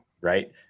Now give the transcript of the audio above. right